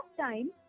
time